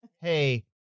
hey